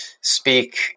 speak